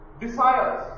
Desires